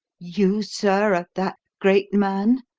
you, sir, are that great man?